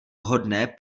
vhodné